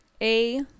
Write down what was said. A-